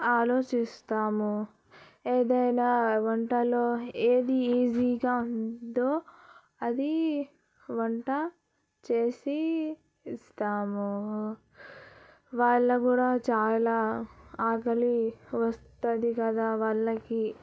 ఆలోచిస్తాము ఏదైనా వంటలో ఏది ఈజీగా ఉందో అది వంట చేసి ఇస్తాము వాళ్ళ కూడా చాలా ఆకలి వస్తుంది కదా వాళ్ళకి